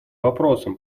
вопросом